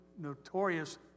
notorious